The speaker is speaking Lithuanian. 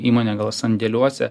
įmonė gal sandėliuose